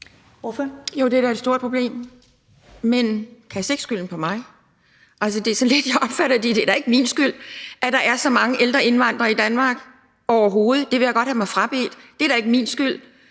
Jo, det er da et stort problem, men kast ikke skylden på mig – det er lidt sådan, jeg opfatter det, der bliver sagt. Men det er da overhovedet ikke min skyld, at der er så mange ældre indvandrere i Danmark – det vil jeg godt have mig frabedt. Det er da ikke min skyld.